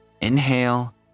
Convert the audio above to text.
inhale